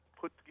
put